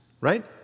right